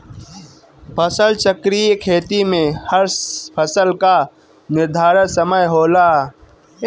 फसल चक्रीय खेती में हर फसल कअ निर्धारित समय होला